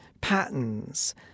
patterns